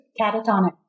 Catatonic